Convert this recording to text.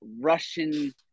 Russian